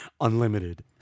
Unlimited